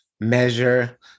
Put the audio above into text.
measure